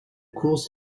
course